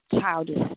childish